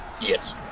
Yes